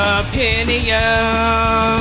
opinion